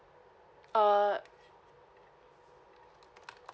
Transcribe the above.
err